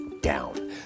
down